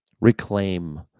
reclaim